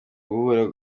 guhura